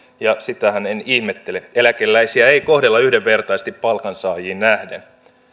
ja sitähän en ihmettele eläkeläisiä ei kohdella yhdenvertaisesti palkansaajiin nähden